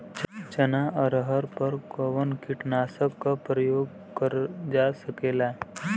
चना अरहर पर कवन कीटनाशक क प्रयोग कर जा सकेला?